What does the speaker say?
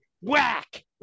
whack